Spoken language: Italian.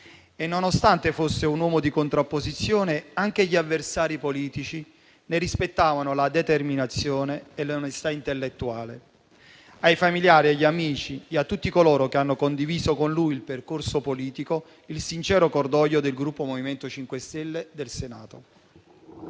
Nonostante fosse un uomo di contrapposizione, anche gli avversari politici ne rispettavano la determinazione e l'onestà intellettuale. Ai familiari, agli amici e a tutti coloro che hanno condiviso con lui il percorso politico, il sincero cordoglio del Gruppo MoVimento 5 Stelle del Senato.